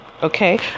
okay